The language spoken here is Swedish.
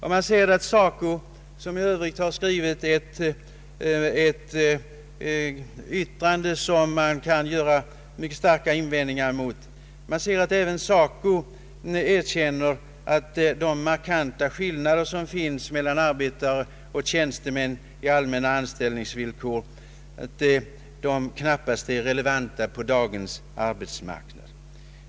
även SACO, som i övrigt har skrivit ett yttrande som man kan göra starka invändningar emot, erkänner att de markanta skillnader som finns mellan arbetare och tjänstemän i de allmänna anställningsvillkoren knappast är relevanta på dagens arbetsmarknad.